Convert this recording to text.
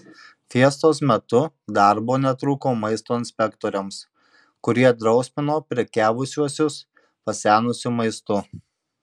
fiestos metu darbo netrūko maisto inspektoriams kurie drausmino prekiavusiuosius pasenusiu maistu